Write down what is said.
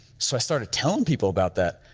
so i started telling people about that,